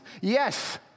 Yes